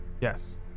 Yes